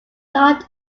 not